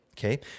Okay